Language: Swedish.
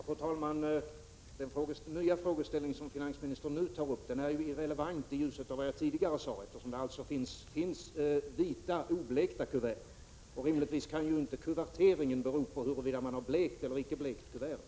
Fru talman! Den nya frågeställning som finansministern nu tog upp är irrelevant i ljuset av vad jag tidigare sade, eftersom det finns vita oblekta kuvert. Rimligtvis kan kuverteringen inte vara beroende av huruvida man har blekt eller icke har blekt kuverten.